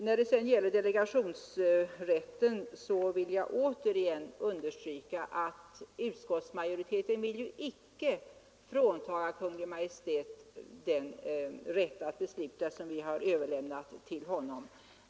När det gäller delegationsrätten vill jag återigen understryka att utskottsmajoriteten icke vill frånta Kungl. Maj:t den rätt att besluta som riksdagen har överlämnat till Kungl. Maj:t.